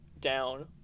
down